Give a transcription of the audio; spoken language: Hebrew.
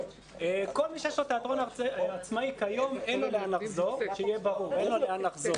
כל מי שיש לו תיאטרון עצמאי כיום אין לו לאן לחזור,